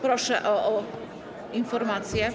Proszę o informację.